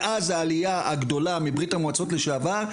מאז העלייה הגדולה מברית המועצות לשעבר,